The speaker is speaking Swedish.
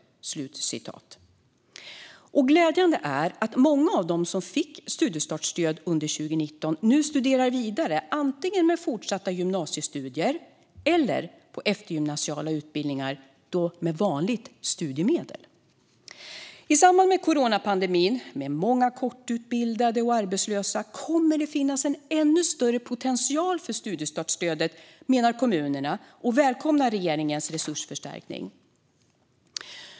Glädjande är att många av dem som fick studiestartsstöd under 2019 nu studerar vidare, antingen med fortsatta gymnasiestudier eller på eftergymnasiala utbildningar - då med vanligt studiemedel. I samband med coronapandemin, med många kortutbildade och arbetslösa, kommer det att finnas en ännu större potential för studiestartsstödet. Det menar kommunerna, som välkomnar regeringens resursförstärkning.